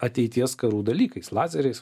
ateities karų dalykais lazeriais